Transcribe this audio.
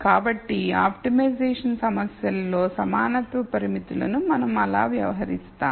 కాబట్టి ఆప్టిమైజేషన్ సమస్యలలో సమానత్వ పరిమితులను మనం అలా వ్యవహరిస్తాము